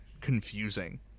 confusing